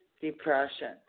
depression